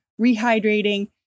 rehydrating